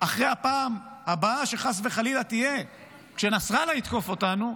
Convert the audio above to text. אחרי הפעם הבאה שחס וחלילה תהיה כשנסראללה יתקוף אותנו: